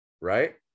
Right